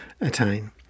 attain